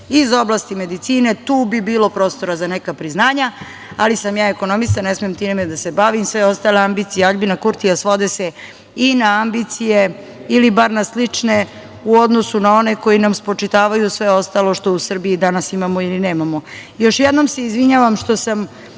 iz oblasti medicine. Tu bi bilo prostora za neka priznanja, ali sam ja ekonomista, ne smem time da se bavim. Sve ostale ambicije Aljbina Kurtija svode se i na ambicije ili bar na slične u odnosu na one koje nam spočitavaju sve ostalo što u Srbiji danas imamo ili nemamo. Još jednom se izvinjavam što sam